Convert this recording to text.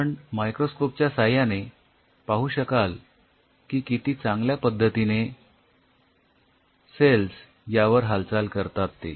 आपण मायक्रोस्कोपच्या साह्याने पाहू शकाल की किती चांगल्या पद्धतीने सेल्स यावर हालचाल करतात ते